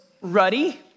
ruddy